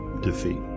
defeat